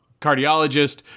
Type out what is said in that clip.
cardiologist